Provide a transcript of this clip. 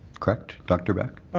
correct? dr. beck.